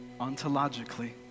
ontologically